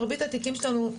מרבית התיקים שלנו,